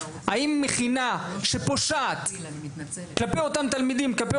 האם מכינה שפושעת כלפי אותם תלמידים וכלפי